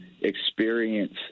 experience